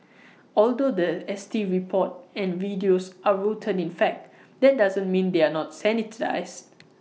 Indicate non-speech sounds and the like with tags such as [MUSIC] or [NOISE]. [NOISE] although The S T report and videos are rooted in fact that doesn't mean they are not sanitised